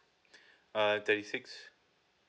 uh thirty six